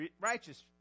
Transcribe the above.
righteous